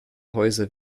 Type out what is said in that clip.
häuser